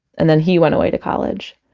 and then he went away to college